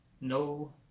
no